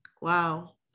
wow